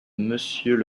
monsieur